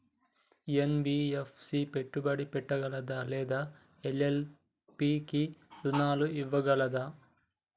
NBFC పెట్టుబడి పెట్టగలదా లేదా ఎల్.ఎల్.పి కి రుణాలు ఇవ్వగలదా?